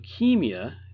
leukemia